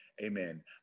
amen